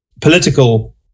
political